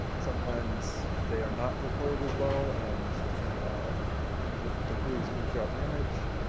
sometimes they are not recorded as well and the image the grooves move throughout the image.